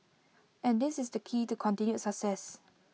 and this is the key to continued success